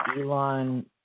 Elon